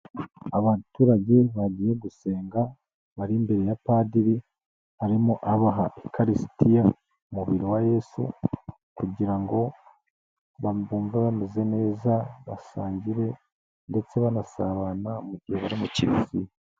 Abaturage bagiye gusenga bari imbere ya padiri ,arimo abaha ukarisitiya umubiri wa yesu, kugira ngo ba bumve bameze neza basangire ,ndetse banasabana mu gihe bari mu kiliziya.